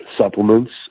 supplements